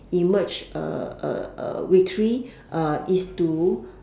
emerge uh uh uh victory uh is to